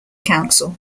council